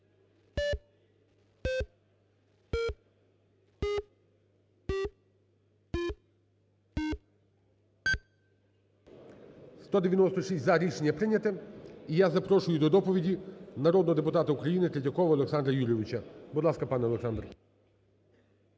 За-196 Рішення прийняте. І я запрошую до доповіді народного депутата України Третьякова Олександра Юрійовича. Будь ласка, пане Олександр.